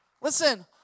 Listen